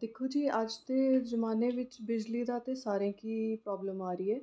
दिक्खो जी अज्ज दे जमाने बिच बिजली दी ते सारें गी प्राॅब्लम आ दी ऐ